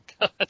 God